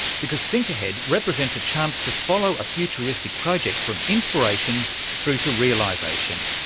because think ahead represents a chance to follow a futuristic project from inspiration through to realisation.